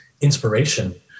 inspiration